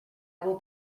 will